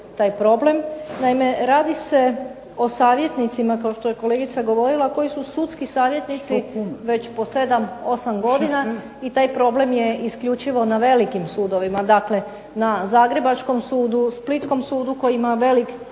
taj problem. Naime, radi se o savjetnicima kao što je kolegica govorila koji su sudski savjetnici već po 7, 8 godina i taj problem je isključivo na velikim sudovima. Dakle, na zagrebačkom sudu, splitskom sudu koji ima velik